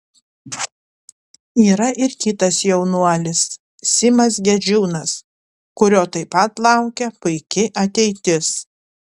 yra ir kitas jaunuolis simas gedžiūnas kurio taip pat laukia puiki ateitis